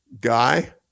Guy